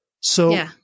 So-